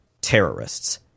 terrorists